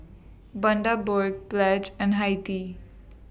Bundaberg Pledge and Hi Tea